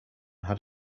had